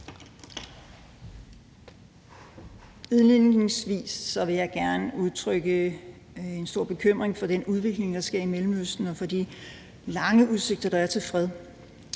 Indledningsvis vil jeg gerne udtrykke en stor bekymring for den udvikling, der sker i Mellemøsten, og for de lange udsigter, der er til fred.